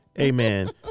Amen